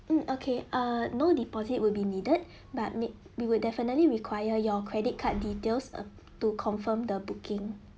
mm okay err no deposit will be needed but need we will definitely require your credit card details err to confirm the booking